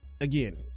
again